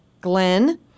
Glenn